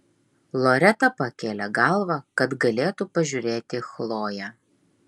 loreta pakėlė galvą kad galėtų pažiūrėti į chloję